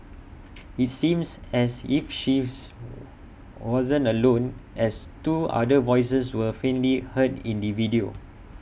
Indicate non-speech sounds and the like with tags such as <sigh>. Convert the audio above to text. <noise> IT seems as if she <unintelligible> wasn't alone as two other voices were faintly heard in the video